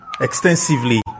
extensively